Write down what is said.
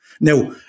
Now